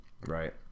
Right